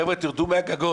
חבר'ה, תרדו מהגגות.